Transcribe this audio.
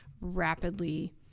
Rapidly